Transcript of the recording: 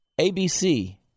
ABC